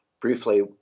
Briefly